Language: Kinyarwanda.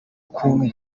kundwa